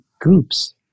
groups